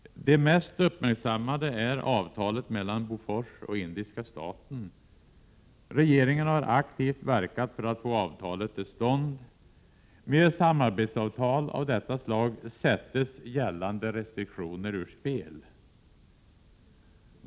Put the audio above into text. Det mest uppmärksammade är avtalet mellan Bofors och indiska staten. Regeringen har aktivt verkat för att få avtalet till stånd. Med samarbetsavtal av detta slag sätts gällande restriktioner ur spel.